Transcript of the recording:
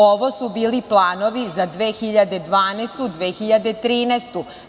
Ovo su bili planovi za 2012, 2013. godinu.